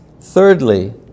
Thirdly